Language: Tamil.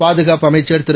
பாதுகாப்புஅமைச்சர்திரு